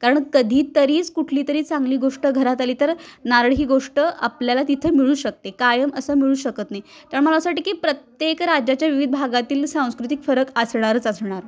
कारण कधीतरीच कुठली तरी चांगली गोष्ट घरात आली तर नारळ ही गोष्ट आपल्याला तिथं मिळू शकते कायम असं मिळू शकत नाही तर मला असं वाटतं की प्रत्येक राज्याच्या विविध भागातील सांस्कृतिक फरक आसणारच असणार